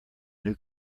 new